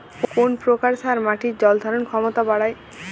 কোন প্রকার সার মাটির জল ধারণ ক্ষমতা বাড়ায়?